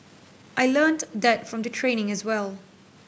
I learnt that from the training as well